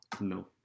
No